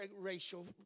racial